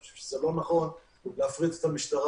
אנחנו חושבים שזה לא נכון להפריט את המשטרה.